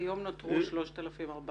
כיום נותרו 3,400 מדרפור.